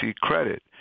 credit